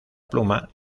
pluma